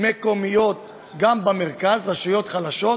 מקומיות גם במרכז, רשויות חלשות.